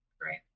Great